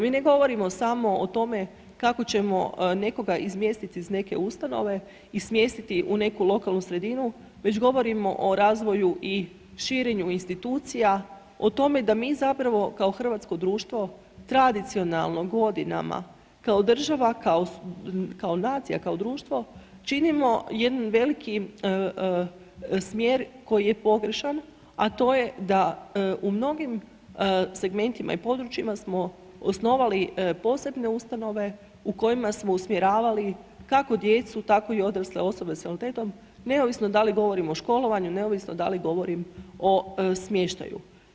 Mi ne govorimo samo o tome kako ćemo nekoga izmjestiti iz neke ustanove i smjestiti u neku lokalnu sredinu, već govorimo o razvoju i širenju institucija, o tome da mi zapravo kao hrvatsko društvo tradicionalno godinama, kao država, kao nacija, kao društvo činimo jedan velik smjer koji je pogrešan a to je da u mnogim segmentima i područjima smo osnovali posebne ustanove u kojima smo usmjeravali kako djecu tako i odrasle osobe sa invaliditetom neovisno da li govorimo o školovanju, neovisno da li govorim o smještaju.